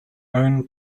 own